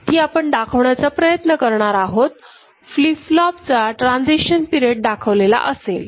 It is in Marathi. ती आपण दाखवण्याचा प्रयत्न करणार आहोत फ्लीप फ्लोपचा ट्रांजेक्शन पिरेड दाखवलेला असेल